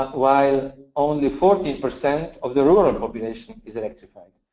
while only fourteen percent of the rural population is electrified.